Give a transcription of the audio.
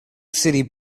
city